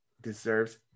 deserves